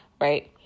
Right